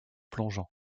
plongeant